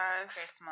Christmas